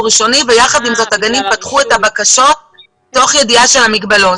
ראשוני אבל יחד עם זאת הגנים פתחו את הבקשות תוך ידיעה של המגבלות.